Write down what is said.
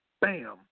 bam